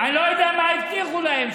אני לא יודע מה הבטיחו להם,